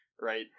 right